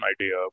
idea